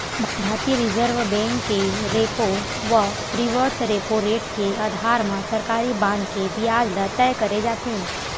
भारतीय reserve bank के repo व रिवर्स रेपो रेट के अधार म सरकारी बांड के बियाज ल तय करे जाथे